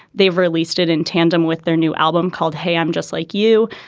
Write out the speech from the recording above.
they've released it in tandem with their new album called hey i'm just like you.